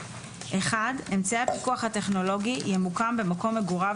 אמצעי הפיקוח הטכנולוגי ימוקם במקום מגוריו